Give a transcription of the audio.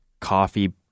coffee